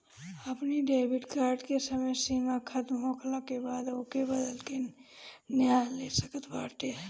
अपनी debit card के समय सीमा खतम होखला के बाद ओके बदल के नया ले सकत बाटअ